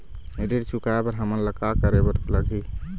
ऋण चुकाए बर हमन ला का करे बर लगही?